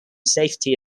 safety